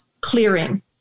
clearing